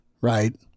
right